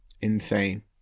Insane